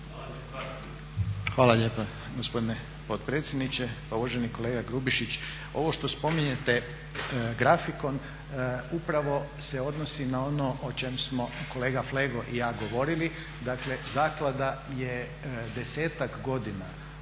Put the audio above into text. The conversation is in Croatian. Hvala lijepa gospodine potpredsjedniče. Pa uvaženi kolega Grubišić, ovo što spominjete grafikon upravo se odnosi na ono o čem smo kolega Flego i ja govorili, dakle zaklada je desetak godina